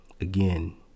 Again